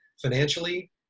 financially